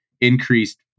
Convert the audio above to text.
increased